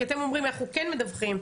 כי אתם אומרים אנחנו כן מדווחים.